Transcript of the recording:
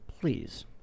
please